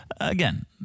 again